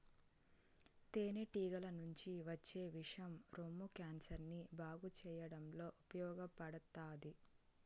తేనె టీగల నుంచి వచ్చే విషం రొమ్ము క్యాన్సర్ ని బాగు చేయడంలో ఉపయోగపడతాది